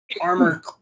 armor